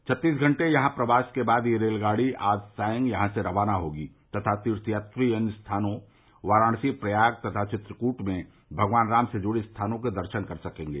छत्तीस घंटे यहां प्रवास के बाद यह रेलगाड़ी आज सांय यहां से रवाना होगी तथा तीर्थयात्री अन्य स्थानों याराणसी प्रयाग तथा चित्रकूट में भगवान राम से जुड़े स्थानों के दर्शन कर सकेंगे